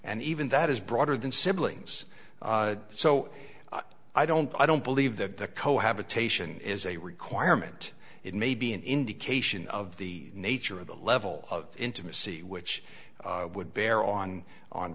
and even that is broader than siblings so i don't i don't believe that the cohabitation is a requirement it may be an indication of the nature of the level of intimacy which would bear on on